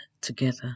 together